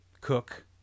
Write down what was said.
cook